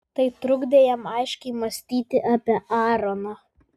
tai trukdė jam aiškiai mąstyti apie aaroną